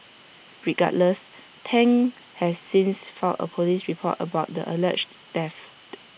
regardless Tang has since filed A Police report about the alleged theft